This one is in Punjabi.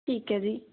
ਠੀਕ ਏ ਜੀ